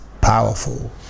powerful